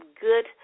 good